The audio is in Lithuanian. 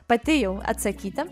pati jau atsakyti